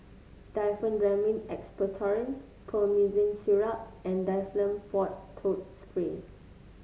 Diphenhydramine Expectorant Promethazine Syrup and Difflam Forte Throat Spray